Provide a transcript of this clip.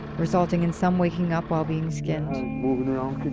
resulting in some waking up while being skinned.